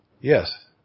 yes